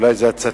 אולי זאת הצתה,